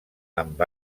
amb